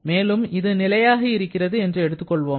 மேலும் இது நிலையாக இருக்கிறது என்று எடுத்துக்கொள்வோம்